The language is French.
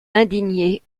indignés